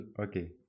Okay